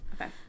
okay